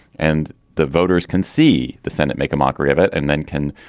and the voters can see the senate make a mockery of it. and then can,